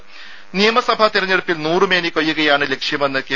രുഭ നിയമസഭാ തെരഞ്ഞെടുപ്പിൽ നൂറുമേനി കൊയ്യുകയാണ് ലക്ഷ്യമെന്ന് കെ